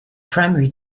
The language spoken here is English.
primary